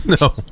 no